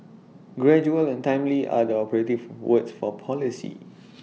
gradual and timely are the operative words for policy